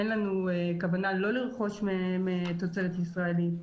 אין לנו כוונה לא לרכוש מהם תוצרת ישראלית,